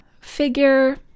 figure